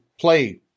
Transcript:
play